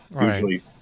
usually